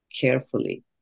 carefully